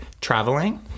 traveling